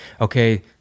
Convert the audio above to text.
okay